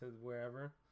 wherever